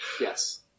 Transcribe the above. Yes